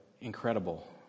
incredible